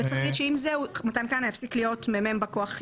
צריך להגיד שעם זה מתן כהנא יפסיק להיות מ"מ בא כוח ימינה.